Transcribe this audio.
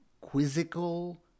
Quizzical